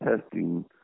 testing